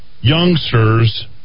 youngsters